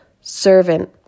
servant